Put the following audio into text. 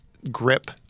grip